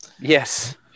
Yes